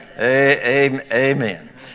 Amen